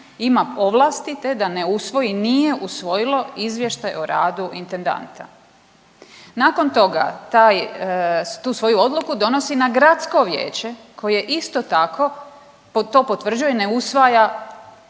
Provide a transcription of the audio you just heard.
ima ovlasti te da ne usvoji, nije usvojilo izvještaj o radu intendanta. Nakon toga, taj, tu svoju odluku donosi na gradsko vijeće koje isto tako, to potvrđuje i ne usvaja